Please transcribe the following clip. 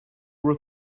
wrote